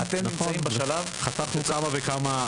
חתכנו כמה וכמה,